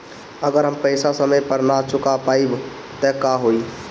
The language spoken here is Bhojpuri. अगर हम पेईसा समय पर ना चुका पाईब त का होई?